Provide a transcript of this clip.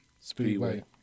Speedway